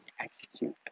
execute